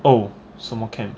oh so my camp